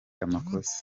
amakosa